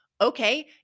Okay